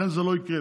לכן זה לא יקרה,